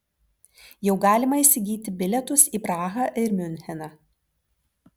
jau galima įsigyti bilietus į prahą ir miuncheną